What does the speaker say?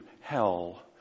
hell